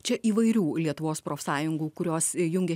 čia įvairių lietuvos profsąjungų kurios įjungia